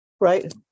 right